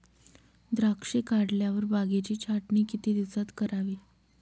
द्राक्षे काढल्यावर बागेची छाटणी किती दिवसात करावी?